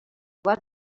was